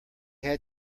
had